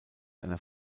einer